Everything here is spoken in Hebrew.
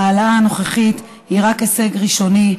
ההעלאה הנוכחית היא רק הישג ראשוני,